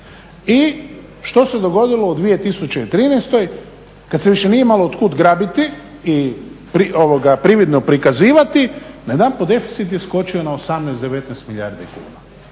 I što se dogodilo u 2013.kada se nije više imalo od kuda grabiti i prividno prikazivati, najedanput deficit je skočio na 18, 19 milijardi kuna.